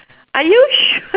are you sure